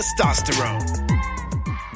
testosterone